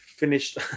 finished